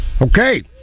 Okay